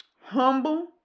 humble